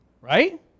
Right